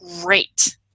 great